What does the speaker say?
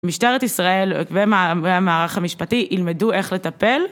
משטרת ישראל והמערך המשפטי ילמדו איך לטפל